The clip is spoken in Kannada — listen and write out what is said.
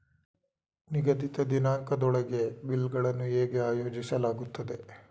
ನಿಗದಿತ ದಿನಾಂಕದೊಳಗೆ ಬಿಲ್ ಗಳನ್ನು ಹೇಗೆ ಆಯೋಜಿಸಲಾಗುತ್ತದೆ?